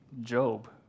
Job